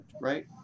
right